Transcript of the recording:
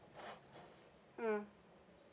mm